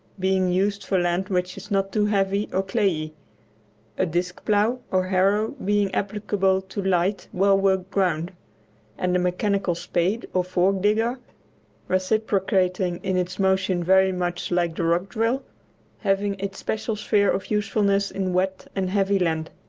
being used for land which is not too heavy or clayey a disc plough or harrow being applicable to light, well-worked ground and the mechanical spade or fork-digger reciprocating in its motion very much like the rock-drill having its special sphere of usefulness in wet and heavy land.